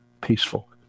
peaceful